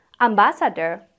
ambassador